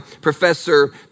professor